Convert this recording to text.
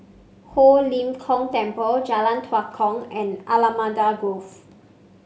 Ho Lim Kong Temple Jalan Tua Kong and Allamanda Grove